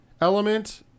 element